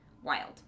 wild